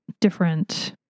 different